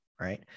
Right